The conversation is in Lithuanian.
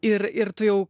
ir ir tu jau